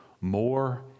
more